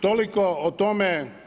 Toliko o tome.